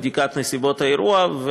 לבדיקת נסיבות האירוע,